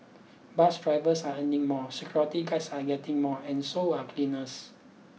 bus drivers are earning more security guards are getting more and so are cleaners